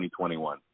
2021